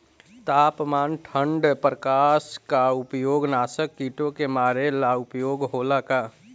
तापमान ठण्ड प्रकास का उपयोग नाशक कीटो के मारे ला उपयोग होला का?